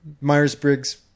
Myers-Briggs